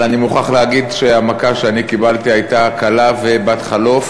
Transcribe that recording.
אבל אני מוכרח להגיד שהמכה שאני קיבלתי הייתה קלה ובת-חלוף,